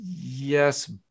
Yes